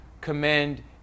commend